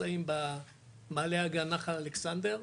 שנמצאים במעלה הגא נחל אלכסנדר,